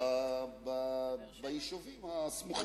ביישובים הסמוכים.